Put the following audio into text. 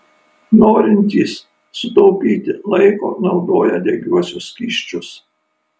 norintys sutaupyti laiko naudoja degiuosius skysčius